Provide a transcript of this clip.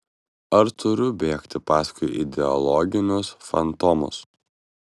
ar turiu bėgti paskui ideologinius fantomus